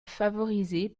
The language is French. favorisée